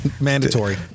Mandatory